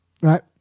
right